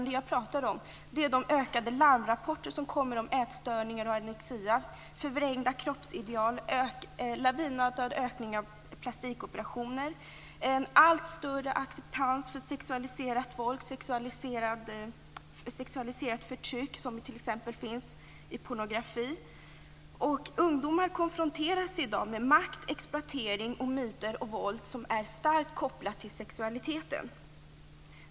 Det som avses är de ökade larmrapporter som kommer om ätstörningar, anorexi, förvrängda kroppsideal, en lavinartad ökning av plastikoperationer, en allt större acceptans av sexualiserat våld och sexualiserat förtryck, som t.ex. finns i pornografi. Ungdomar konfronteras i dag med makt, exploatering, myter och våld som är starkt kopplat till sexualiteten.